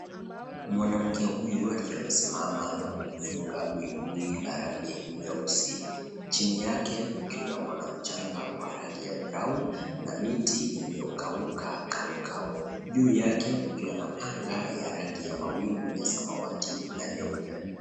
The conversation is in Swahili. Mwanamke huyu amesemama, amefunga buibui nyeusi. Chini yake kukiwemo na mchanga wa rangi ya brown na miti iliyokauka kaukau. Juu yake kukiwa na anga ya rangi ya sanawati na nyeupe.